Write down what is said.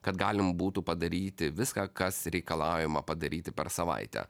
kad galima būtų padaryti viską kas reikalaujama padaryti per savaitę